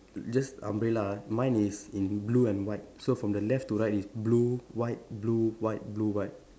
just umbrella ah mine is in blue and white so from the left to right it's blue white blue white blue white